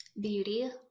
beauty